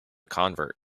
convert